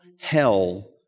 hell